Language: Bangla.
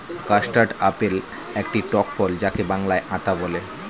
কাস্টার্ড আপেল একটি টক ফল যাকে বাংলায় আতা বলে